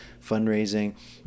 fundraising